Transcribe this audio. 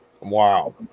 Wow